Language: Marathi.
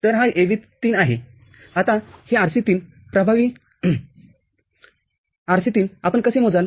आता हे Rc३ प्रभावी Rc३ आपण कसे मोजाल